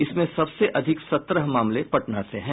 इसमें सबसे अधिक सत्रह मामले पटना से हैं